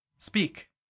Speak